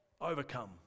overcome